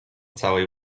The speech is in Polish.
całej